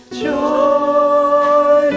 joy